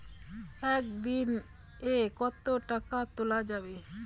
একদিন এ কতো টাকা তুলা যাবে?